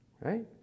Right